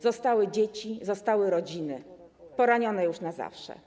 Zostały dzieci, zostały rodziny poranione już na zawsze.